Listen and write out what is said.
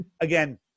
again